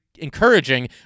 encouraging